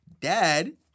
Dad